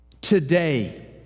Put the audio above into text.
Today